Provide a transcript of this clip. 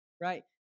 right